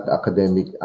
academic